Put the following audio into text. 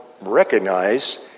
recognize